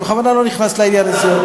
אני בכוונה לא נכנס לעניין הזה.